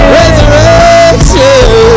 resurrection